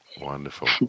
Wonderful